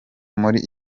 muri